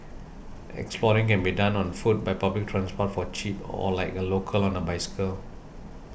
exploring can be done on foot by public transport for cheap or like a local on a bicycle